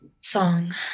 song